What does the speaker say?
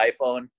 iPhone